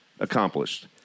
Accomplished